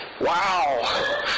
Wow